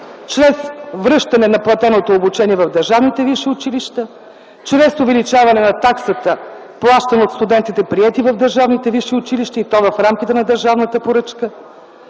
чрез връщане на платеното обучение в държавните висши училища, чрез увеличаване на таксата, плащана от студентите, приети в държавните висши училища, и то в рамките на държавната поръчка.